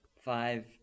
Five